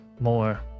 more